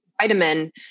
vitamin